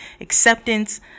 acceptance